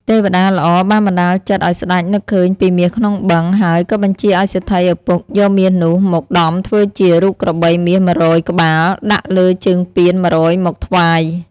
ទេវតាល្អបានបណ្ដាលចិត្តឲ្យស្តេចនឹកឃើញពីមាសក្នុងបឹង ហើយក៏បញ្ជាឲ្យសេដ្ឋីឪពុកយកមាសនោះមកដំធ្វើជា រូបក្របីមាស ១០០ ក្បាល ដាក់លើជើងពាន ១០០ មកថ្វាយ។